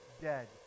dead